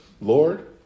Lord